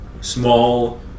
small